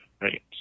Right